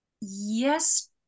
yes